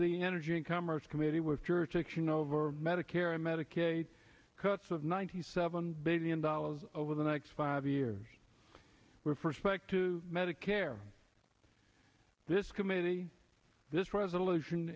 the energy and commerce committee with church action over medicare and medicaid cuts of ninety seven billion dollars over the next five years were first back to medicare this committee this resolution